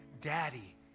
Daddy